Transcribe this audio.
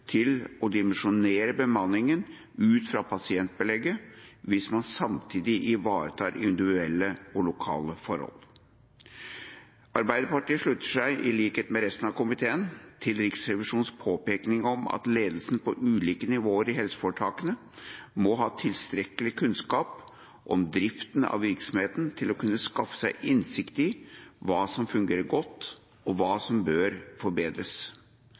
til å dimensjonere bemanningen ut fra pasientbelegget, hvis man samtidig ivaretar individuelle og lokale forhold. Arbeiderpartiet slutter seg, i likhet med resten av komiteen, til Riksrevisjonens påpekning av at ledelsen på ulike nivåer i helseforetakene må ha tilstrekkelig kunnskap om driften av virksomheten til å kunne skaffe seg innsikt i hva som fungerer godt, og hva som bør forbedres.